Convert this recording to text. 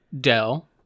Dell